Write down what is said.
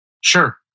Sure